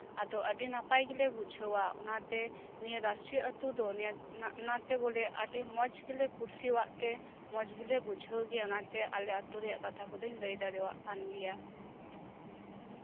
ᱟᱫᱚ ᱟᱹᱰᱤ ᱱᱟᱯᱟᱭ ᱜᱮᱞᱮ ᱵᱩᱡᱷᱟᱹᱣᱟ ᱚᱱᱟᱛᱮ ᱱᱤᱭᱟᱹ ᱨᱟᱹᱥᱤ ᱟᱹᱛᱩ ᱫᱚ ᱚᱱᱟᱛᱮ ᱵᱚᱞᱮ ᱟᱹᱰᱤ ᱢᱚᱸᱡ ᱜᱮᱞᱮ ᱠᱩᱥᱤᱭᱟᱜ ᱛᱮ ᱢᱚᱸᱡ ᱜᱮᱞᱮ ᱵᱩᱡᱷᱟᱹᱣᱟ ᱚᱱᱟᱛᱮ ᱟᱞᱮ ᱟᱹᱛᱩ ᱠᱚᱨᱮᱱᱟᱥᱜ ᱠᱟᱛᱷᱟ ᱠᱚᱫᱚᱧ ᱞᱟᱹᱭ ᱫᱟᱲᱮᱭᱟᱜ ᱠᱟᱱ ᱜᱮᱭᱟ